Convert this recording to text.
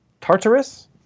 Tartarus